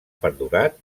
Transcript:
perdurat